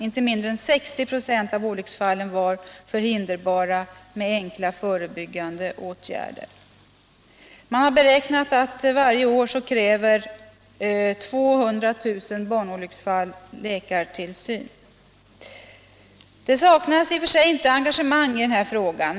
Inte mindre än 60 96 av olycksfallen var ”förhinderbara” med enkla förebyggande åtgärder. Man har beräknat att 200 000 barnolycksfall varje år kräver läkartillsyn. Det saknas i och för sig inte engagemang i denna fråga.